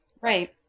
right